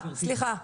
סליחה.